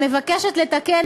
הגדלת